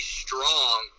strong